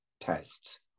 tests